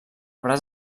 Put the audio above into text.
braç